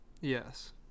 Yes